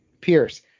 Pierce